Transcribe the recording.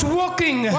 walking